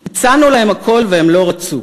הצענו להם הכול והם לא רצו,